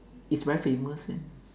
it's very famous uh